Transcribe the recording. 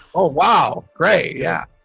oh, wow! great. yeah.